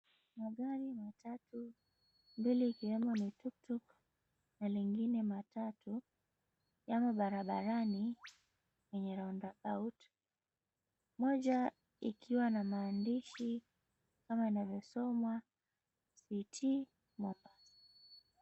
Magari matatu mbele ikiwemo ni tuktuk na lingine matatu, yamo barabarani yenye round about moja ikiwa na maandishi kama yanavyosomwa, "CT MOMBASA".